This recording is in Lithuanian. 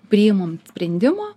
priimant sprendimą